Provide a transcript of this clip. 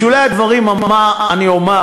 בשולי הדברים אני אומר,